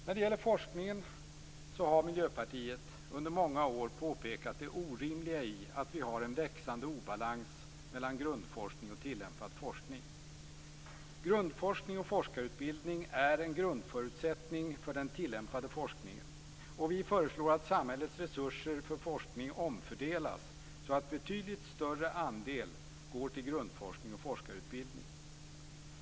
När det gäller forskningen har Miljöpartiet under många år påpekat det orimliga i att det finns en växande obalans mellan grundforskning och tillämpat forskning. Grundforskning och forskarutbildning är en grundförutsättning för den tillämpade forskningen. Vi föreslår att samhällets resurser för forskning omfördelas så, att betydligt större andel går till grundforskning och forskarutbildning.